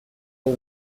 est